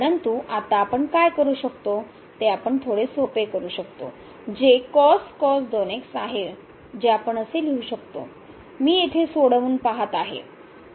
परंतु आता आपण काय करू शकतो ते आपण थोडे सोपे करू शकतो जे आहे जे आपण असे लिहू शकतो मी येथे सोडवून पाहत आहे